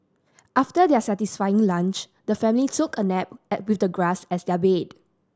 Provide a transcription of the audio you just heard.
after their satisfying lunch the family took a nap and with the grass as their bed